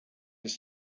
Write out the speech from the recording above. his